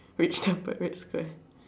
reached the Parade Square